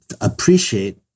appreciate